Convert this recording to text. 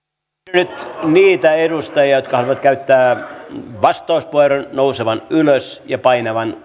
nyt niitä edustajia jotka haluavat käyttää vastauspuheenvuoron nousemaan ylös ja painamaan